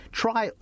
try